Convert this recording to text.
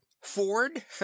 Ford